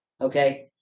okay